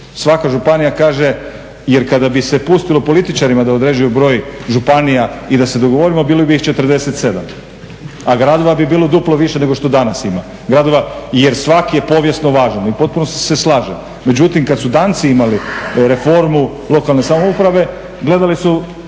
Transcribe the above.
svaka županija kaže, jer kada bi se pustilo političarima da određuju broj županija i da se dogovorimo bilo bi ih 47, a gradova bi bilo duplo više nego što danas ima, gradova jer svaki je povijesno važan. I u potpunosti se slažem. Međutim, kad su Danci imali reformu lokalne samouprave gledali su